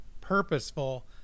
purposeful